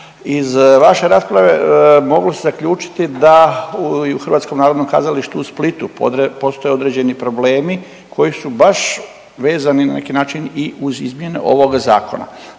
Iz vaše rasprave mogu zaključiti da u Hrvatskom narodnom kazalištu u Splitu postoje određeni problemi koji su baš vezani na neki način i uz izmjene ovoga zakona,